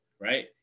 right